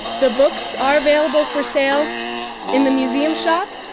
the books are available for sale in the museum shop.